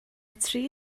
tri